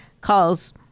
calls –